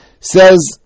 says